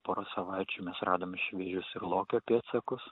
porą savaičių mes radom išvijus lokio pėdsakus